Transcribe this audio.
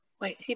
wait